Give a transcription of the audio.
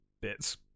bits